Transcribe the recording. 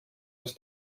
aus